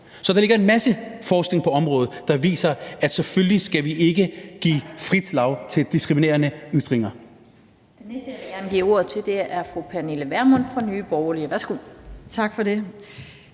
Så der ligger en masse forskning på området, der viser, at vi selvfølgelig ikke skal give frit slag til diskriminerende ytringer.